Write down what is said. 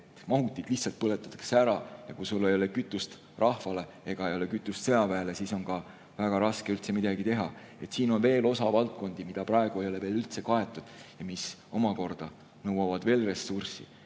mahutid lihtsalt põletatakse ära. Ja kui sul ei ole kütust rahvale ega kütust sõjaväele, siis on väga raske üldse midagi teha. Siin on veel valdkondi, mis praegu ei ole üldse kaetud ja mis omakorda nõuavad ressurssi.